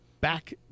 back